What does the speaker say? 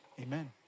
amen